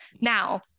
Now